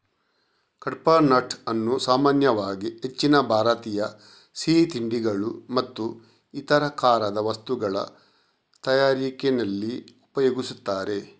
ಕಡ್ಪಾಹ್ನಟ್ ಅನ್ನು ಸಾಮಾನ್ಯವಾಗಿ ಹೆಚ್ಚಿನ ಭಾರತೀಯ ಸಿಹಿ ತಿಂಡಿಗಳು ಮತ್ತು ಇತರ ಖಾರದ ವಸ್ತುಗಳ ತಯಾರಿಕೆನಲ್ಲಿ ಉಪಯೋಗಿಸ್ತಾರೆ